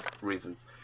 reasons